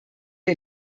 wir